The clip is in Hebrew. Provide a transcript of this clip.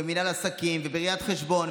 במנהל עסקים ובראיית חשבון,